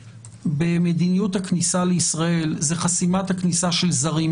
במדיניות הכניסה לישראל זה חסימת הכניסה של זרים,